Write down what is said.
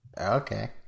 Okay